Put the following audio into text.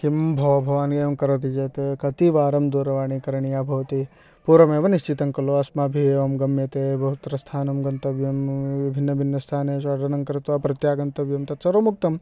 किं भोः भवान् एवं करोति चेत् कतिवारं दूरवाणी करणीया भवति पूर्वमेव निश्चितं खलु अस्माभिः एवं गम्यते बहुत्र स्थानं गन्तव्यं भिन्नभिन्नस्थानेषु अटनं कृत्वा प्रत्यागन्तव्यं तत् सर्वम् उक्तं